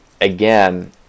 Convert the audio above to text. again